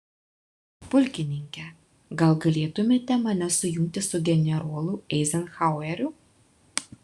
pulkininke gal galėtumėte mane sujungti su generolu eizenhaueriu